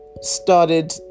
started